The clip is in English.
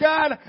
God